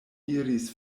iris